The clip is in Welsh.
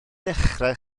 dechrau